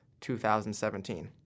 2017